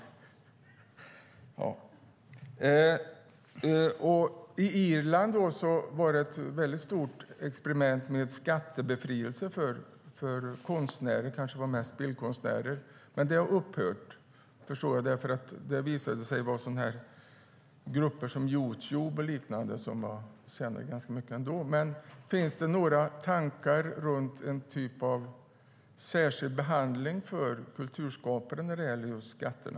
I Irland var det ett väldigt stort experiment med skattebefrielse för konstnärer, kanske mest bildkonstnärer. Men det har upphört därför att det visade sig gynna grupper som U2 och liknande som ändå tjänade ganska mycket. Finns det några tankar om en typ av särskild behandling för kulturskapare när det gäller just skatterna?